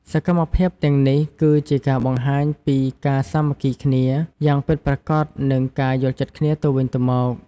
សកម្មភាពទាំងនេះគឺជាការបង្ហាញពីការសាមគ្គីគ្នាយ៉ាងពិតប្រាកដនិងការយល់ចិត្តគ្នាទៅវិញទៅមក។